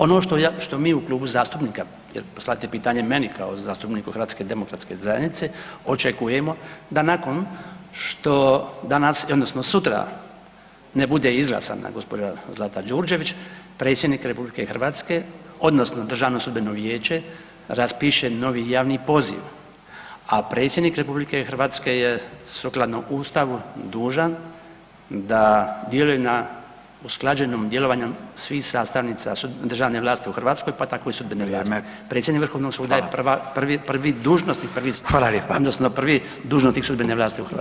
Ono što mi u klubu zastupnika, jer postavljate pitanje meni kao zastupniku HDZ-a očekujemo da nakon što danas odnosno sutra ne bude izglasana gospođa Zlata Đurđević, predsjednik RH odnosno Državno sudbeno vijeće raspiše novi javni poziv, a predsjednik RH je sukladno Ustavu dužan da djeluje na usklađenom djelovanju svih sastavnica državne vlasti u Hrvatskoj pa tako i sudbene vlasti [[Upadica: Vrijeme.]] predsjednik Vrhovnog suda je prvi dužnosnik, prvi [[Upadica: Hvala lijepa.]] odnosno prvi dužnosnik sudbene vlasti u Hrvatskoj.